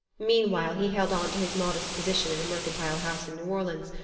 meanwhile he held on to his modest position in a mercantile house in new orleans,